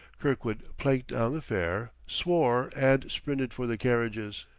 kirkwood planked down the fare, swore, and sprinted for the carriages.